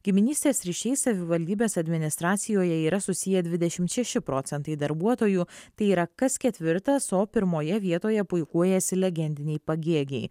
giminystės ryšiai savivaldybės administracijoje yra susiję dvidešimt šeši procentai darbuotojų tai yra kas ketvirtas o pirmoje vietoje puikuojasi legendiniai pagėgiai